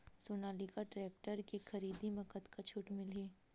Sonalika tractor के खरीदी मा कतका छूट मीलही?